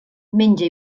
menja